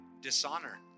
Dishonor